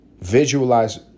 Visualize